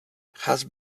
has